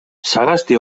sagasti